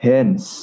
Hence